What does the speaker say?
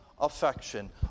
Affection